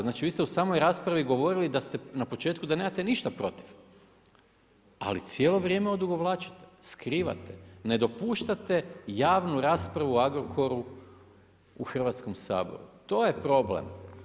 Znači vi ste u samoj raspravi govorili da ste na početku, da nemate ništa protiv, ali cijelo vrijeme odugovlačite, skrivate, ne dopuštate javnu raspravu o Agrokoru u Hrvatskom saboru, to je problem.